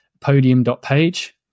podium.page